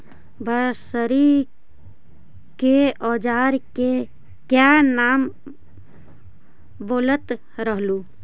Nursery के ओजार के क्या नाम बोलत रहलू?